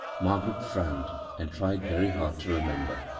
margaret frowned and tried very hard to remember.